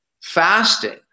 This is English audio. Fasting